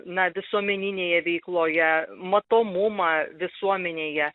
na visuomeninėje veikloje matomumą visuomenėje